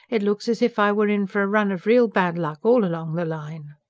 it looks as if i were in for a run of real bad luck, all along the line.